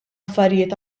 affarijiet